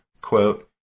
quote